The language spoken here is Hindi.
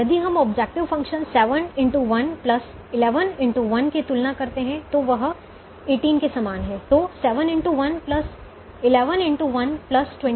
तो 26 x 0 18